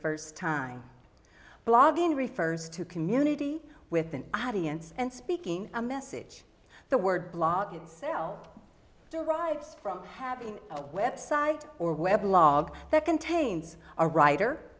first time blogging refers to community with an audience and speaking a message the word blog in cell derives from having a website or web blog that contains a writer